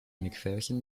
mcpherson